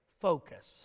focus